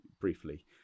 briefly